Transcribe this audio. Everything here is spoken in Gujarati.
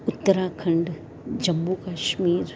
ઉતરાખંડ જમ્મુ કાશ્મીર